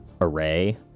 array